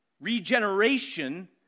Regeneration